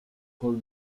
con